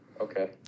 okay